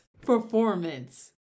performance